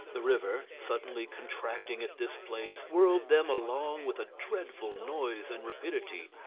the river, suddenly contracting at this place, whirled them along with a dreadful noise and rapidity.